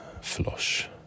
flush